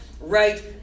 right